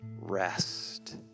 rest